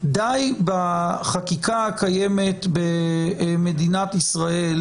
די בחקיקה הקיימת במדינת ישראל,